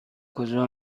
کجا